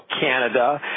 Canada